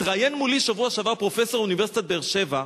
התראיין מולי בשבוע שעבר פרופסור מאוניברסיטת באר-שבע,